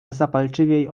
zapalczywiej